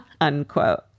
Unquote